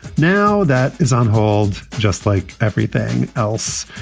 now, that is on hold, just like everything else.